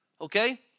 Okay